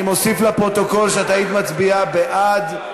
אני מוסיף לפרוטוקול שהיית מצביעה בעד.